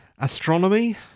astronomy